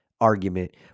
argument